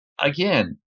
again